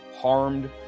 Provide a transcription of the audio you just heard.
harmed